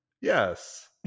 Yes